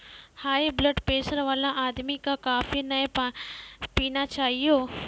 high blood pressure वाला आदमी कॅ कॉफी नय पीना चाहियो